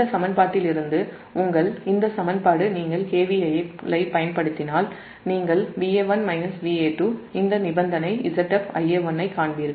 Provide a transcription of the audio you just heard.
இந்த சமன்பாட்டிலிருந்து உங்கள் நீங்கள் KVL ஐப் பயன்படுத்தினால் நீங்கள் Va1 Va2 Zf Ia1 இந்த நிபந்தனை ஐக் காண்பீர்கள்